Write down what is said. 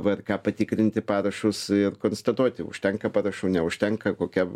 vrk patikrinti parašus ir konstatuoti užtenka parašų neužtenka kokia